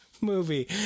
movie